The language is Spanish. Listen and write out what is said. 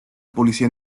policía